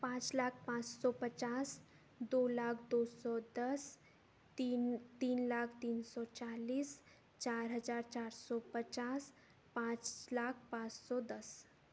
पाँच लाख पाँच सौ पचास दो लाख दो सौ दस तीन तीन लाख तीन सौ चालीस चार हजार चार सौ पचास पाँच लाख पाँच सौ दस